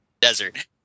desert